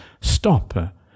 Stop